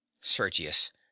Sergius